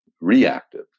reactive